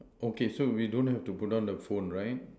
okay so we don't have to put down the phone right